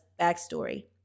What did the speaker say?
backstory